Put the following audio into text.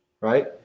right